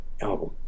album